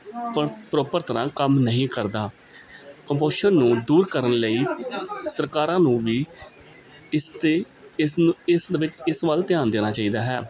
ਪਰ ਪਰੋਪਰ ਤਰ੍ਹਾਂ ਕੰਮ ਨਹੀਂ ਕਰਦਾ ਕੁਪੋਸ਼ਣ ਨੂੰ ਦੂਰ ਕਰਨ ਲਈ ਸਰਕਾਰਾਂ ਨੂੰ ਵੀ ਇਸ 'ਤੇ ਇਸ ਇਸ ਵਿੱਚ ਇਸ ਵੱਲ ਧਿਆਨ ਦੇਣਾ ਚਾਹੀਦਾ ਹੈ